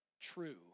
true